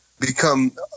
become